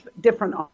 different